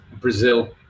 Brazil